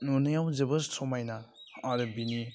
नुनायाव जोबोर समायना आरो बिनि